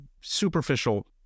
superficial